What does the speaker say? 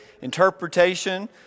interpretation